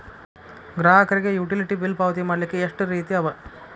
ಗ್ರಾಹಕರಿಗೆ utility bill ಪಾವತಿ ಮಾಡ್ಲಿಕ್ಕೆ ಎಷ್ಟ ರೇತಿ ಅವ?